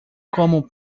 como